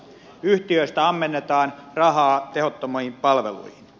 yhtiöistä ammennetaan rahaa tehottomiin palveluihin